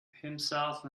himself